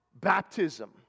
baptism